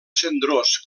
cendrós